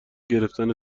گرفتن